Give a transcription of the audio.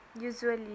usually